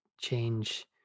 change